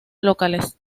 locales